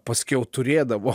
paskiau turėdavo